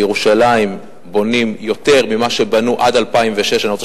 בירושלים בונים יותר ממה שבנו עד 2006. אני רוצה